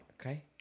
Okay